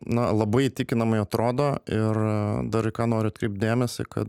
na labai įtikinamai atrodo ir a dar į ką noriu atkreipti dėmesį kad